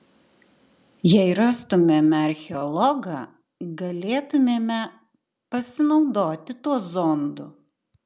jei rastumėme archeologą galėtumėme pasinaudoti tuo zondu